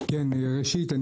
ראשית,